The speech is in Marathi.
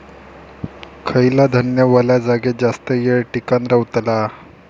खयला धान्य वल्या जागेत जास्त येळ टिकान रवतला?